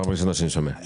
זאת פעם ראשונה שאני שומע.